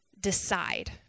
decide